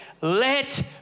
Let